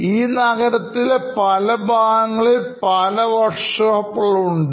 ഈ നഗരത്തിലെ പല ഭാഗങ്ങളിൽ പല വർക്ക് ഷോപ്പുകൾ ഉണ്ട്